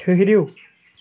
ٹھٔہرِو